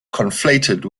conflated